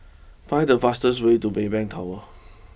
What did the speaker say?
find the fastest way to Maybank Tower